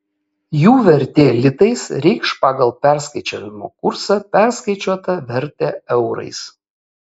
jų vertė litais reikš pagal perskaičiavimo kursą perskaičiuotą vertę eurais